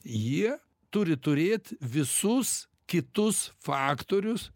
jie turi turėt visus kitus faktorius